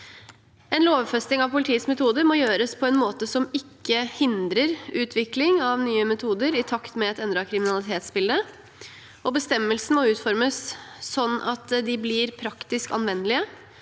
En lovfesting av politiets metoder må gjøres på en måte som ikke hindrer utvikling av nye metoder i takt med et endret kriminalitetsbilde, og bestemmelsene må utformes slik at de blir praktisk anvendelige,